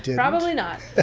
probably not.